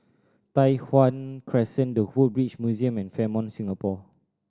Tai Hwan Crescent The Woodbridge Museum and Fairmont Singapore